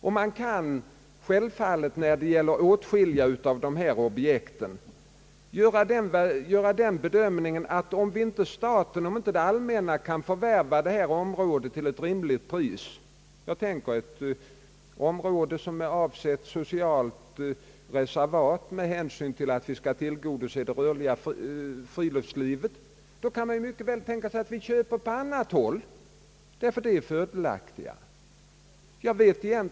I åtskilliga fall, då det allmänna inte kan förvärva marken till rimligt pris — det kan t.ex. gälla ett område avsett som socialt reservat för att tillgodose det rörliga friluftslivet — kan man ju mycket väl tänka sig att köpa på annat håll, där priset är fördelaktigare.